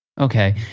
Okay